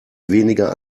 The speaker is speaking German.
weniger